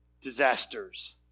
disasters